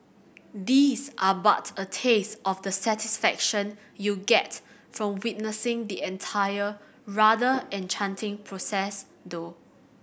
these are but a taste of the satisfaction you'll get from witnessing the entire rather enchanting process though